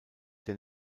der